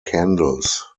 candles